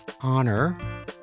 honor